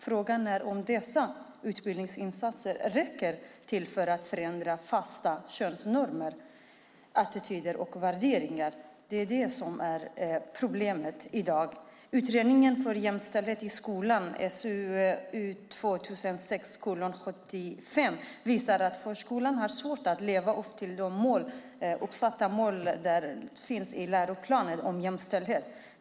Frågan är om dessa utbildningsinsatser räcker för att förändra fasta könsnormer, attityder och värderingar. Det är det som är problemet i dag. Utredningen Jämställdhet i förskolan , SOU 2006:75, visar att förskolan har svårt att leva upp till läroplanens mål om jämställdhet.